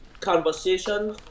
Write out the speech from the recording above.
conversation